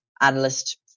analyst